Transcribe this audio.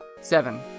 Seven